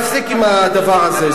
תפסיק עם הדבר הזה.